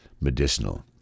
medicinal